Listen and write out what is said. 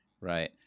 right